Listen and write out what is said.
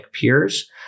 peers